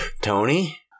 Tony